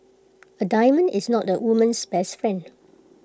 A diamond is not A woman's best friend